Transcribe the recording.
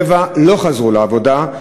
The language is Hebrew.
רבע לא חזרו לעבודה,